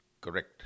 Correct